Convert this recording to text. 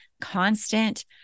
constant